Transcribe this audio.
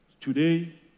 today